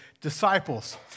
disciples